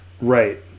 Right